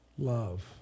Love